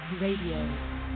Radio